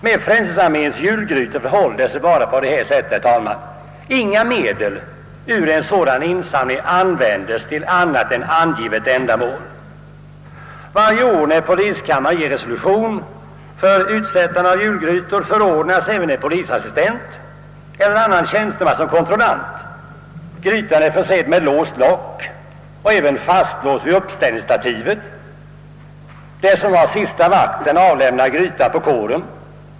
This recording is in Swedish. Med Frälsningsarméns julgrytor förhåller det sig helt enkelt på följande sätt. Inga medel ur en sådan insamling får användas till annat än det angivna ändamålet. Varje år då poliskammaren ger resolution för utsättande av julgrytor förordnas en polisassistent eller annan tjänsteman som kontrollant. Gry tan är försedd med låst lock och är även fastlåst vid uppställningsstativet. Den som har sista vakten avlämnar grytan på kåren.